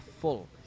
full